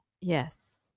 Yes